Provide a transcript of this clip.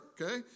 okay